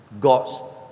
God's